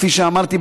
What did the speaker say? כפי שאמרתי,